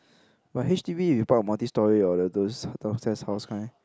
but H_D_B you park at multi storey or like those downstairs house kind